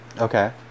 Okay